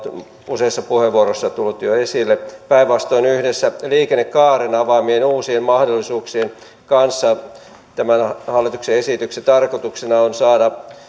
useissa puheenvuoroissa tullut jo esille päinvastoin yhdessä liikennekaaren avaamien uusien mahdollisuuksien kanssa tämän hallituksen esityksen tarkoituksena on saada